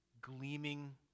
gleaming